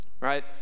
right